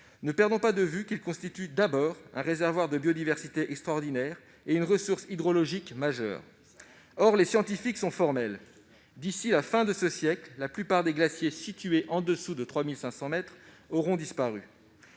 les massifs montagneux constituent d'abord un réservoir de biodiversité extraordinaire et une ressource hydrologique majeure. Or les scientifiques sont formels : d'ici à la fin du siècle, la plupart des glaciers situés au-dessous de 3 500 mètres d'altitude auront disparu.